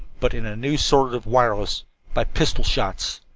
but in a new sort of wireless by pistol shots!